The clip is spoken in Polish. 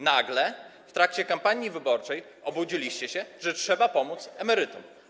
Nagle w trakcie kampanii wyborczej obudziliście się, że trzeba pomóc emerytom.